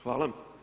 Hvala.